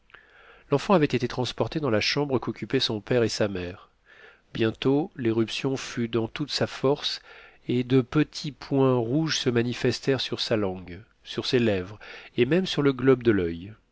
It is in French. l'enfant avait été transporté dans la chambre qu'occupaient son père et sa mère bientôt l'éruption fut dans toute sa force et de petits points rouges se manifestèrent sur sa langue sur ses lèvres et même sur le globe de l'oeil